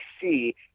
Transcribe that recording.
see